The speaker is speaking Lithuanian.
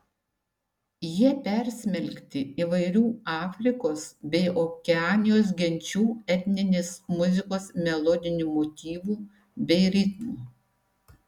jie persmelkti įvairių afrikos bei okeanijos genčių etninės muzikos melodinių motyvų bei ritmų